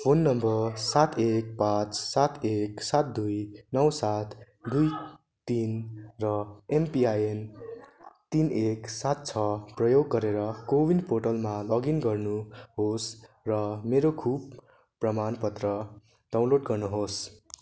phone number सात एक पाँच सात एक सात दुई नौ सात दुई तिन र एमपिआइएन तिन एक सात छ प्रयोग गरेर को विन पोर्टलमा लगइन गर्नुहोस् र मेरो खोप प्रमाणपत्र डाउनलोड गर्नुहोस्